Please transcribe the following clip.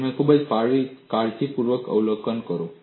તમે ખૂબ કાળજીપૂર્વક અવલોકન કરો